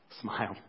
smile